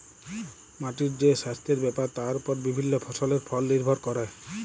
মাটির যে সাস্থের ব্যাপার তার ওপর বিভিল্য ফসলের ফল লির্ভর ক্যরে